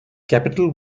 capital